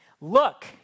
Look